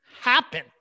happen